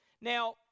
Now